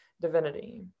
divinity